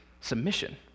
submission